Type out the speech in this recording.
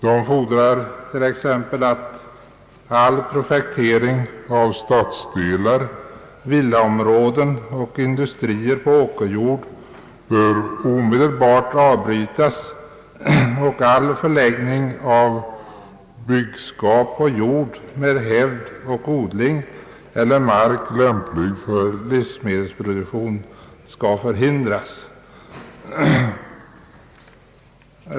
De fordrar t.ex. att all projektering av stadsdelar, villaområden och industriområden på åkerjord omedelbart skall avbrytas och att all förläggning av byg genskap till jord med hävd och odling eller till mark, lämplig för livsmedelsproduktion, skall förhindras.